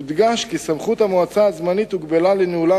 הודגש כי סמכות המועצה הזמנית הוגבלה לניהולה